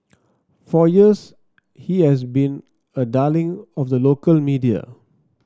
for years he has been a darling of the local media